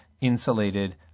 insulated